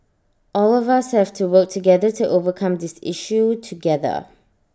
all of us have to work together to overcome this issue together